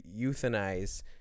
euthanize